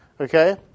okay